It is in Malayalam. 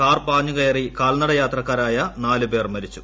കാർ പാഞ്ഞുകയറി കാൽനട യാത്രക്കാരായ നാലു പേർ മരിച്ചു